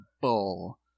bull